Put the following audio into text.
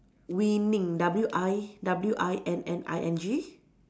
winning W I W I N N I N G